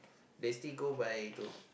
they still go by rule